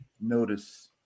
Notice